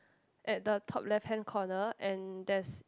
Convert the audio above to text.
at the top left hand corner and there's